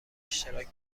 اشتراک